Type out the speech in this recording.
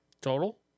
Total